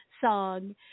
song